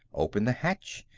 opened the hatch,